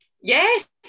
Yes